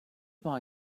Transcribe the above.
buy